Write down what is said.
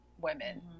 women